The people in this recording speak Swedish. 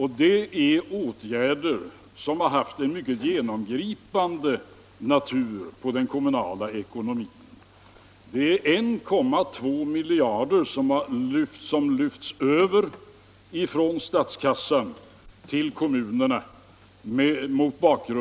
har resulterat i åtgärder som haft mycket genomgripande effekt på den kommunala ekonomin. Mot bakgrund av kommunernas utfästelse att hålla utdebiteringshöjningen inom I kr.